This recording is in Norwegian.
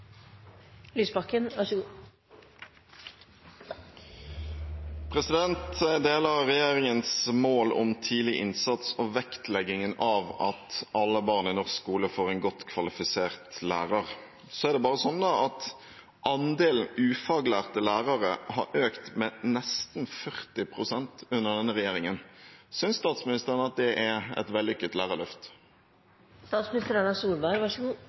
Jeg deler regjeringens mål om tidlig innsats og vektleggingen av at alle barn i norsk skole får en godt kvalifisert lærer. Så er det bare sånn at andelen ufaglærte lærere har økt med nesten 40 pst. under denne regjeringen. Synes statsministeren at det er et vellykket lærerløft? Regjeringens lærerløft er å løfte videreutdanningen av lærere, og vi har tre ganger så